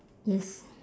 yes